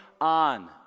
on